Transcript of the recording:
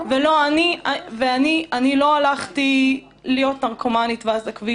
אני לא הלכתי להיות נרקומנית ואז לכביש.